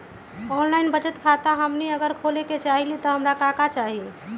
Online बचत खाता हमनी अगर खोले के चाहि त हमरा का का चाहि?